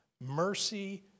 Mercy